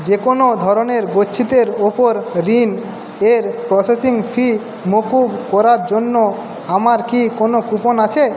যে কোনও ধরনের গচ্ছিতের ওপর ঋণ এর প্রসেসিং ফি মকুব করার জন্য আমার কি কোনও কুপন আছে